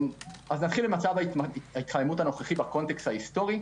נתחיל עם מצב ההתחממות הנוכחית בהקשר ההיסטורי.